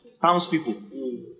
townspeople